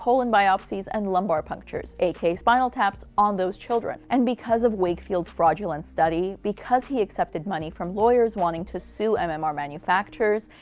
colon biopsies, and lumbar punctures, aka, spinal taps, on those children. and because of wakefield's fraudulent study, because he accepted money from lawyers wanting to sue um and mmr manufacturers,